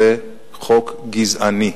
חוק גזעני.